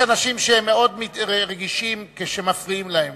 יש אנשים שהם מאוד רגישים כשמפריעים להם.